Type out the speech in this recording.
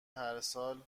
هرسال